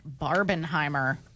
Barbenheimer